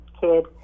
kid